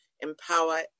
empower